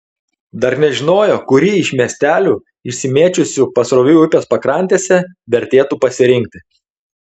dar nežinojo kurį iš miestelių išsimėčiusių pasroviui upės pakrantėse vertėtų pasirinkti